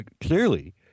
clearly